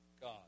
God